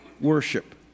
worship